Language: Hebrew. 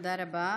תודה רבה.